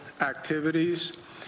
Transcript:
activities